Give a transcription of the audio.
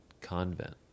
convent